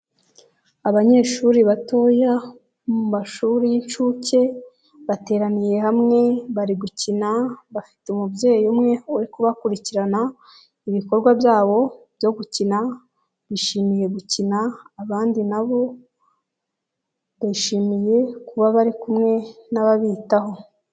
Abanyeshuri batoya mu mashuri y'inshuke bateraniye hamwe bari gukina bafite umubyeyi umwe uri kubakurikirana ibikorwa byabo byo gukina, bishimiye gukina abandi nabo bishimiye kuba bari kumwe n'ababitaho.